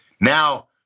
now